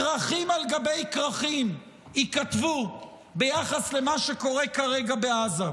כרכים על גבי כרכים ייכתבו ביחס למה שקורה כרגע בעזה.